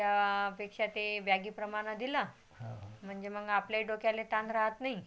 त्यापेक्षा ते बॅगीप्रमाणं दिलं म्हणजे मग आपल्याही डोक्याला ताण राहत नाही